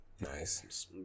nice